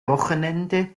wochenende